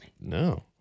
No